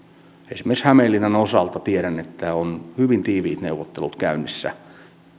esimerkiksi hämeenlinnan osalta tiedän että on hyvin tiiviit neuvottelut käynnissä